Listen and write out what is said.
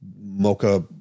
mocha